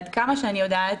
עד כמה שאני יודעת,